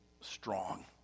strong